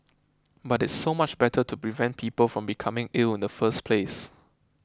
but it's so much better to prevent people from becoming ill in the first place